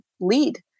lead